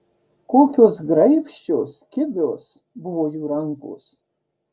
kokios graibščios kibios buvo jų rankos